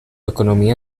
economía